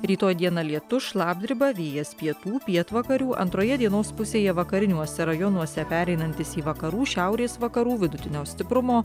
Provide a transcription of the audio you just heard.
rytoj dieną lietus šlapdriba vėjas pietų pietvakarių antroje dienos pusėje vakariniuose rajonuose pereinantis į vakarų šiaurės vakarų vidutinio stiprumo